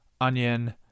onion